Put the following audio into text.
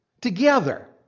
together